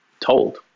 told